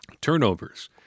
Turnovers